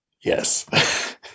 Yes